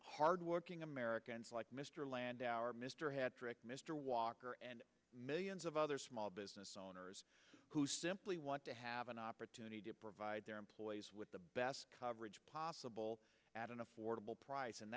hardworking americans like mr landauer mr had tricked mr walker and millions of other small business owners who simply want to have an opportunity to provide their employees with the best coverage possible at an affordable price and